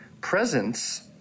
presence –